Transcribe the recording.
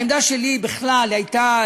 העמדה שלי בכלל הייתה,